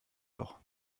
doch